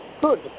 good